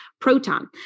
proton